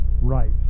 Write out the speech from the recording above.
right